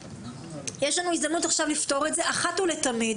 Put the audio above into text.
יש לנו הזדמנות לפתור את זה אחת ולתמיד